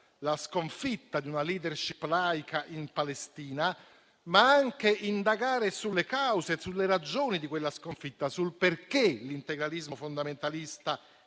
la sconfitta di una *leadership* laica in Palestina, ma anche indagare sulle cause e sulle ragioni di quella sconfitta, sul perché l'integralismo fondamentalista